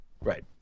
right